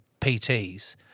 PTs